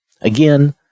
Again